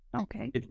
Okay